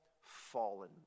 fallen